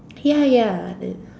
ya ya